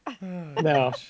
no